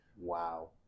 Wow